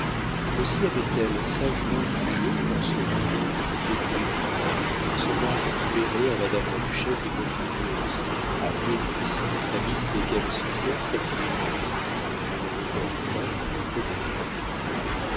aussi avait-elle sagement jugé qu'en se rangeant du côté des d'esgrignon son mari plairait à madame la duchesse de maufrigneuse à deux puissantes familles desquelles son père s'appuierait en un moment opportun auprès du roi